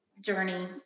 journey